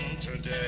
today